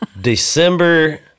December